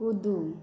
कूदू